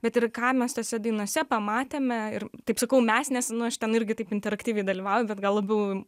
bet ir ką mes tose dainose pamatėme ir taip sakau mes nes nu aš ten irgi taip interaktyviai dalyvauju bet gal labiau